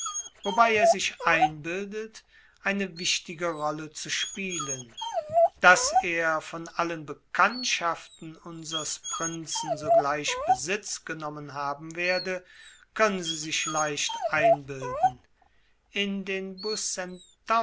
wobei er sich einbildet eine wichtige rolle zu spielen daß er von allen bekanntschaften unsers prinzen sogleich besitz genommen haben werde können sie sich leicht einbilden in den